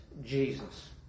Jesus